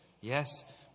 Yes